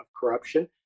corruption